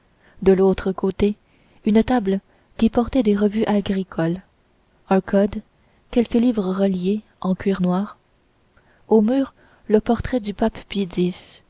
de l'autre côté une table qui portait des revues agricoles un code quelques livres reliés en cuir noir aux murs le portrait du pape pie x